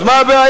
אז מה הבעיה?